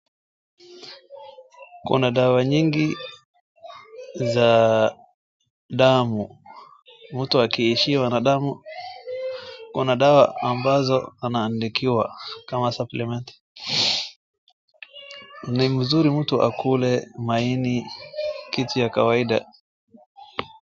Kuna dawa nyingi za damu mtu akiishiwa na damu Kuna dawa ambazo anaandikiwa kama supplement ni mzuri mtu akule maini kitu ya kawaida.